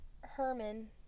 herman